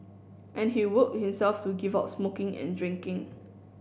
and he willed himself to give up smoking and drinking